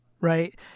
right